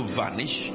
vanish